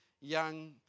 young